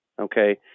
Okay